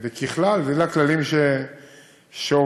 וככלל, אלה הכללים שעובדים.